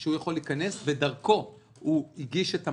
שהוא יכול להיכנס אליו ודרכו הוא הגיש את המענק,